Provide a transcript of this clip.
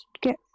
get